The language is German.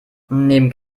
neben